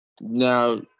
Now